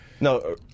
No